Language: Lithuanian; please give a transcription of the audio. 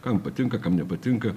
kam patinka kam nepatinka